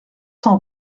cent